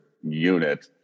unit